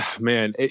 man